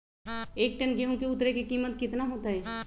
एक टन गेंहू के उतरे के कीमत कितना होतई?